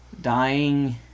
dying